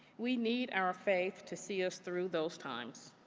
we need our faith to see us through those times.